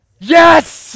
Yes